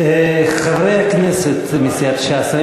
חברי הכנסת מסיעת ש"ס,